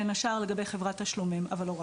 בין השאר לגבי חברת תשלומים אבל לא רק.